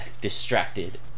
distracted